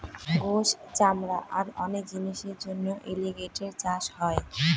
গোস, চামড়া আর অনেক জিনিসের জন্য এলিগেটের চাষ হয়